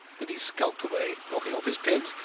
then he skulked away, knocked off his pins.